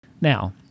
Now